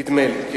נדמה לי.